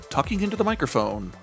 TalkingIntoTheMicrophone